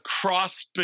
cross